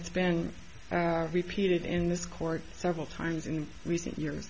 it's been repeated in this court several times in recent years